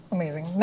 Amazing